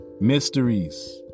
mysteries